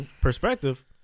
Perspective